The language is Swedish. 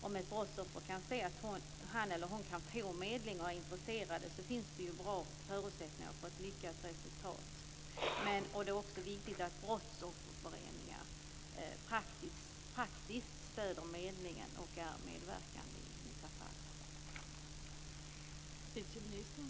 Om ett brottsoffer kan se att han eller hon kan få medling och är intresserad finns det bra förutsättningar för ett lyckat resultat. Det är också viktigt att brottsofferföreningar praktiskt stöder medlingen och i vissa fall är medverkande.